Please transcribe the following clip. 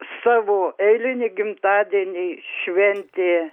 savo eilinį gimtadienį šventė